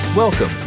Welcome